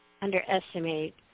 underestimate